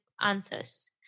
answers